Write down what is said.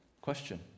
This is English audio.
Question